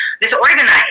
disorganized